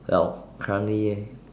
well currently